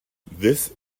this